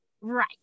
right